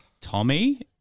Tommy